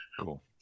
Cool